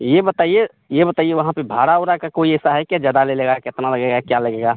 ये बताइए ये बताइए वहाँ पर भाड़ा ओरा का कोई ऐसा है क्या ज्यादा ले लेगा कितना लगेगा क्या लगेगा